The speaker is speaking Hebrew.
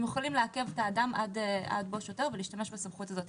הם יכולים לעכב את האדם עד בוא שוטר ולהשתמש בסמכות הזו.